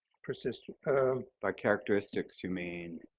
persistence by characteristics you mean?